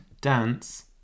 dance